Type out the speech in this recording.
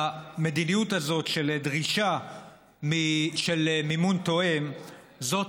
המדיניות הזאת של דרישה של מימון תואם זאת